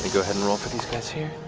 roll for these guys here.